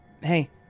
Hey